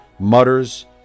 mutters